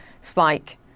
spike